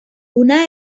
una